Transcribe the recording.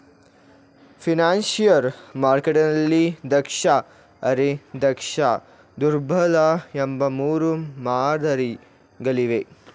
financial ಮಾರ್ಕೆಟ್ನಲ್ಲಿ ದಕ್ಷ, ಅರೆ ದಕ್ಷ, ದುರ್ಬಲ ಎಂಬ ಮೂರು ಮಾದರಿ ಗಳಿವೆ